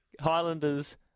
Highlanders